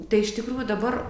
tai iš tikrųjų dabar